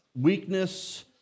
Weakness